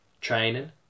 training